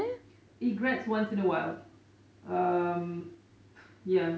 egrets once in a while um ya